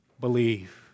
believe